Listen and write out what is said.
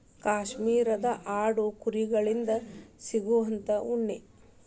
ಕಾಶ್ಮೇರದ ಆಡು ಕುರಿ ಗಳಿಂದ ಸಿಗುವಂತಾ ಉಣ್ಣಿ